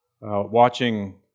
watching